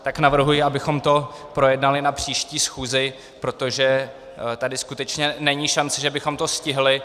Tak navrhuji, abychom to projednali na příští schůzi, protože tady skutečně není šance, že bychom to stihli.